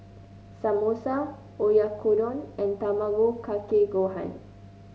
Samosa Oyakodon and Tamago Kake Gohan